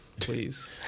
please